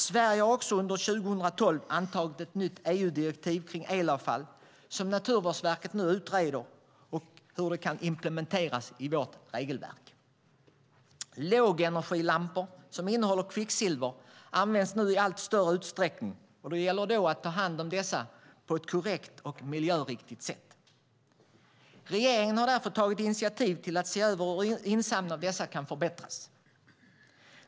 Sverige antog också 2012 ett nytt EU-direktiv kring elavfall, och Naturvårdsverket utreder nu hur detta kan implementeras i vårt regelverk. Lågenergilampor som innehåller kvicksilver används nu i allt större utsträckning, och det gäller att ta hand om dessa på ett korrekt och miljöriktigt sätt. Regeringen har därför tagit initiativ till att se över hur insamlingen av dessa kan förbättras.